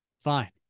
Fine